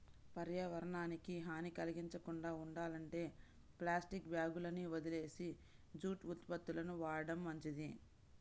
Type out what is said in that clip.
పర్యావరణానికి హాని కల్గించకుండా ఉండాలంటే ప్లాస్టిక్ బ్యాగులని వదిలేసి జూటు ఉత్పత్తులను వాడటం మంచిది